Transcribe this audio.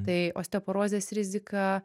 tai osteoporozės rizika